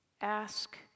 ask